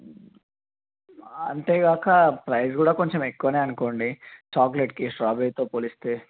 అంతేగాక ప్రైస్ కూడా కొంచెం ఎక్కువ అనుకోండి చాక్లెట్కి స్ట్రాబెరీతో పోలిస్తే